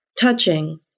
touching